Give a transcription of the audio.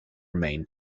remain